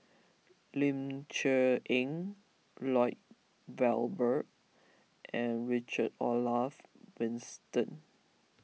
Ling Cher Eng Lloyd Valberg and Richard Olaf Winsten